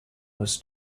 was